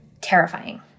terrifying